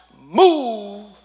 move